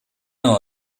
and